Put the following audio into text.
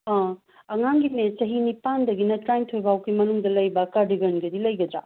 ꯑꯉꯥꯡꯒꯤꯅꯦ ꯆꯍꯤ ꯅꯤꯄꯥꯟꯗꯒꯤꯅ ꯇ꯭ꯔꯥꯏꯟꯊꯣꯏꯐꯧꯒꯤ ꯃꯅꯨꯡꯗ ꯂꯩꯕ ꯀꯥꯔꯗꯤꯒꯥꯟꯒꯗꯤ ꯂꯩꯒꯗ꯭ꯔꯥ